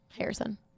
Harrison